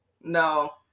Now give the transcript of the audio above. No